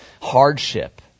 hardship